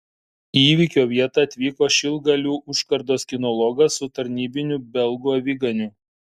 į įvykio vietą atvyko šilgalių užkardos kinologas su tarnybiniu belgų aviganiu